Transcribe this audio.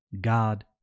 God